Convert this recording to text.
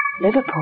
Liverpool